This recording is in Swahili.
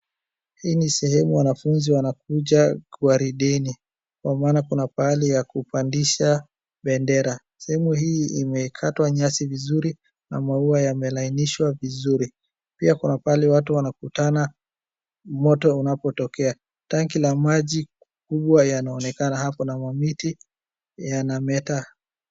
Hii ni sehemu wanafunzi wanakuja gwarideni, kwa maana kuna pahali ya kupandisha bendera. Sehemu hii imekatwa nyasi vizuri na maua yamelainishwa vizuri. Pia kuna pahali watu wanakutana moto unapotokea. Tanki la maji kubwa yanaonekana hapo na mamiti yanameta.